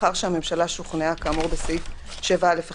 לאחר שהממשלה שוכנעה כאמור בסעיף 7א(1)